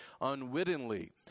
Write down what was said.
unwittingly